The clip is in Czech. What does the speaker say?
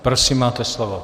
Prosím, máte slovo.